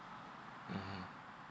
mmhmm